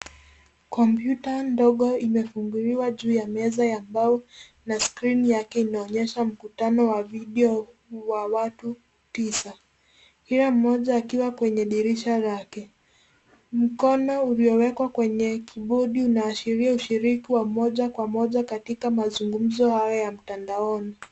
Kompyuta ndogo imefunguliwa juu ya meza ya mbao na skrini yake inaonyesha mkutano wa video wa watu tisa. Kila mmoja akiwa kwenye dirisha lake. Mkono uliowekwa kwenye kibodi inaashiria ushiriki wa moja kwa moja katika mazungumzo hayo ya mtandaoni.